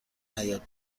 حیاط